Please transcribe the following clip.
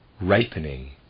ripening